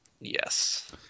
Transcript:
Yes